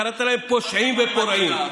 קראת להם פושעים ופורעים,